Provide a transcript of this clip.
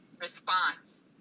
response